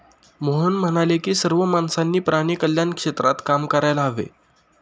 मोहन म्हणाले की सर्व माणसांनी प्राणी कल्याण क्षेत्रात काम करायला हवे